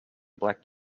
black